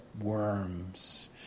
worms